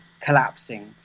collapsing